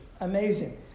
Amazing